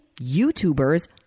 YouTubers